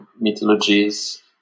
mythologies